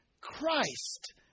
Christ